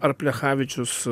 ar plechavičius